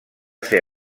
ser